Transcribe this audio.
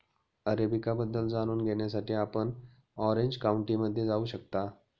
arabica बद्दल जाणून घेण्यासाठी आपण ऑरेंज काउंटीमध्ये जाऊ शकता